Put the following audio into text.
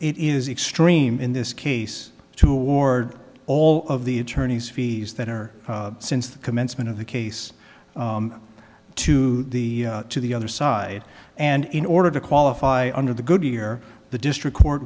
it is extreme in this case to award all of the attorneys fees that are since the commencement of the case to the to the other side and in order to qualify under the good year the district court